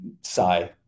sigh